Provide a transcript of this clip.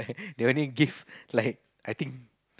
they only give like I think